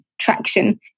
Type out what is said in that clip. traction